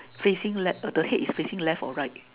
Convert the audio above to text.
facing left the head is facing left or right